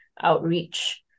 outreach